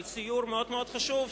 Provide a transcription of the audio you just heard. על סיור מאוד חשוב,